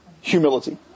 humility